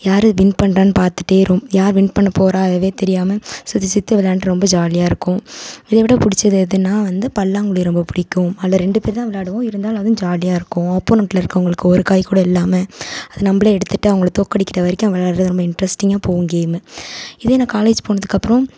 யார் வின் பண்ணுறானு பார்த்துட்டே இரு யார் வின் பண்ண போகிறா அதுவே தெரியாமல் சுற்றி சுற்றி விளாண்டு ரொம்ப ஜாலியாக இருக்கும் அதை விட பிடிச்சது எதுனால் வந்து பல்லாங்குழி ரொம்ப பிடிக்கும் அதில் ரெண்டு பேர் தான் விளாடுவோம் இருந்தாலும் அதும் ஜாலியாக இருக்கும் ஆபோனன்ட்டில் இருக்கிறவங்களுக்கு ஒரு காய் கூட இல்லாமல் அது நம்மளே எடுத்துட்டு அவங்களை தோற்கடிக்கிற வரைக்கும் விளாடுறது ரொம்ப இன்ட்ரஸ்ட்டிங்காக போகும் கேமு இதே நான் காலேஜ் போனதுக்கப்புறம்